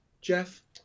Jeff